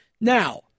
Now